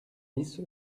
bis